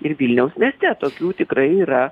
ir vilniaus mieste tokių tikrai yra